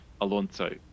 Alonso